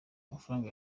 amafaranga